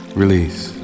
release